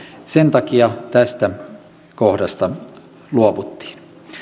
sen takia tästä kohdasta luovuttiin